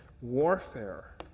warfare